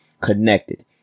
connected